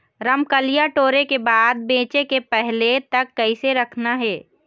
रमकलिया टोरे के बाद बेंचे के पहले तक कइसे रखना हे?